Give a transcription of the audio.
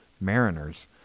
Mariners